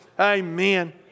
amen